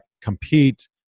compete